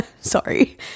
Sorry